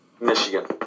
Michigan